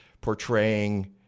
portraying